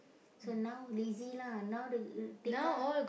so now lazy lah now the uh Tekka